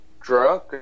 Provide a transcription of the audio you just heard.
drunk